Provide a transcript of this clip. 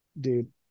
dude